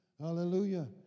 Hallelujah